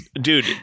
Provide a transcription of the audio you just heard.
Dude